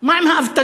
מה עם האבטלה?